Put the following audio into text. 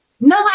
no